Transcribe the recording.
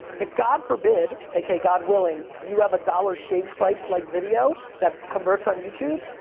if god forbid, okay, god willing, you have a dollar shave clip like video that converts on youtube,